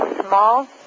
small